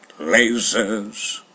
lasers